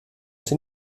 sie